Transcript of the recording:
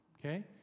Okay